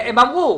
הם אמרו,